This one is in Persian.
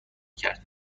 کرد